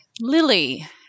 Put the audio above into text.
Lily